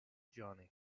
johnny